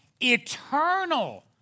Eternal